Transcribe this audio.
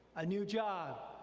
a new job,